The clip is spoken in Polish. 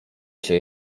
się